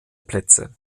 plätze